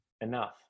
enough